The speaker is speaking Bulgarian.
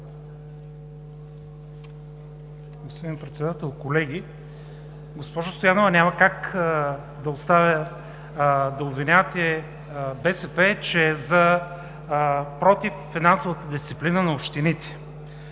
Господин Председател, колеги! Госпожо Стоянова, няма как да оставя да обвинявате БСП, че е против финансовата дисциплина на общините.